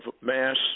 mass